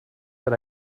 that